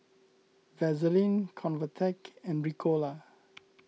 Vaselin Convatec and Ricola